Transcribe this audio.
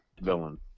villain